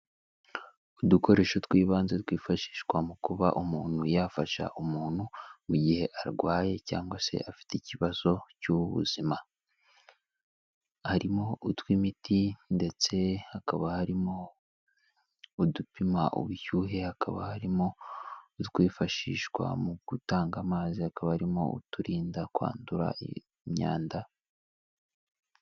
Udukoresho tw'ibanze twifashishwa mu kuba umuntu yafasha umuntu mu gihe arwaye cyangwa se afite ikibazo cy'ubu bubuzima, harimo utw'imiti ndetse hakaba harimo udupima ubushyuhe, hakaba harimo utwifashishwa mu gutanga amazi, hakaba arimo uturinda kwandura imyanda.